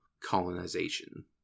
colonization